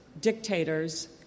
dictators